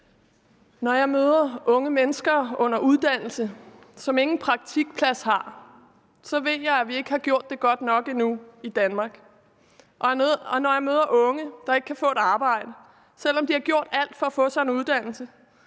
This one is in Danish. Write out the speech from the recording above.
Når jeg møder unge mennesker under uddannelse, som ingen praktikplads har, så ved jeg, at vi ikke har gjort det godt nok endnu i Danmark, og når jeg møder unge, der ikke kan få et arbejde, selv om de har gjort alt for at få sig en uddannelse,